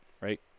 right